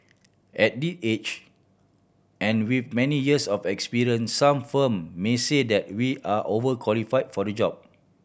at this age and with many years of experience some firm may say that we are over qualify for the job